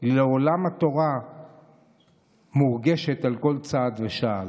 לעולם התורה מורגשת על כל צעד ושעל.